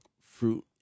fruit